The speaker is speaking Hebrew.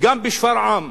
וגם בשפרעם,